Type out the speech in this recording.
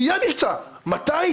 מתי?